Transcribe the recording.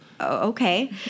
okay